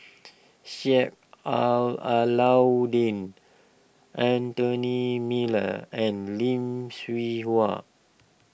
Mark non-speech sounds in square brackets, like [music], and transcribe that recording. Sheik [hesitation] Alau'ddin Anthony Miller and Lim Sui Hua